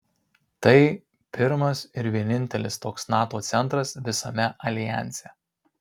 tai pirmas ir vienintelis toks nato centras visame aljanse